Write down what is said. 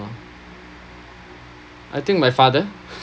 I think my father